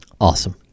Awesome